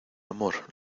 amor